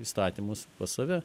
įstatymus pas save